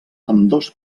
ambdós